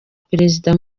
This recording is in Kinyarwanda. perezida